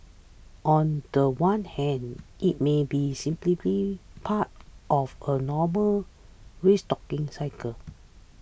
on the one hand it may be simply part of a normal restocking cycle